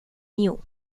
new